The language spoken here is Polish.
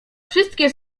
wszystkie